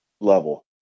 level